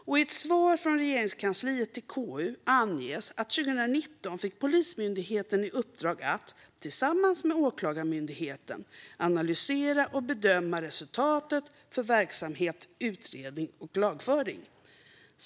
Och i ett svar från Regeringskansliet till KU anges att 2019 fick Polismyndigheten i uppdrag att, tillsammans med Åklagarmyndigheten, analysera och bedöma resultatet för verksamhet, utredning och lagföring.